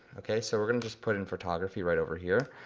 okay so we're gonna just put in photography right over here,